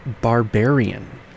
Barbarian